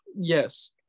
Yes